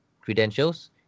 credentials